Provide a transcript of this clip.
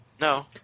No